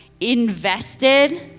invested